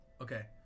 Okay